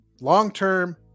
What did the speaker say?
Long-term